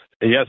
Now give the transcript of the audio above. Yes